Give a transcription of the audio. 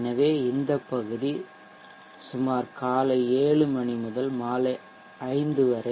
எனவே இந்த பகுதி சுமார் காலை 7 மணி முதல் மாலை 5 மணி வரை